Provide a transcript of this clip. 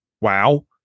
wow